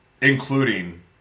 including